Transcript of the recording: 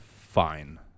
fine